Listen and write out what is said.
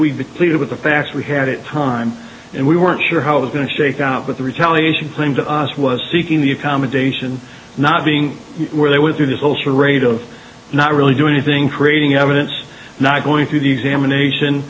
we pleaded with the facts we had it time and we weren't sure how it was going to shake out but the retaliation claim to us was seeking the accommodation not being where they would do this whole charade of not really do anything for raiding evidence not going through the examination